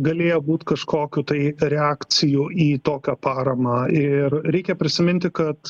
galėjo būt kažkokių tai reakcijų į tokią paramą ir reikia prisiminti kad